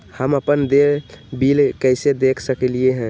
हम अपन देल बिल कैसे देख सकली ह?